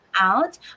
out